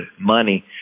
money